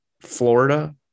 Florida